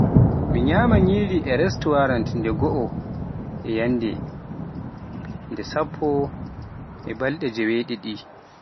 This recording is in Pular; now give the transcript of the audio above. mi nyama nyiri e restaurant nde goo e yanndere, e nde sappo e balɗe jeewe ɗiɗi.